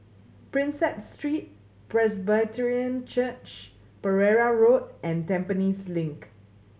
Prinsep Street Presbyterian Church Pereira Road and Tampines Link